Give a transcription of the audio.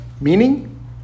meaning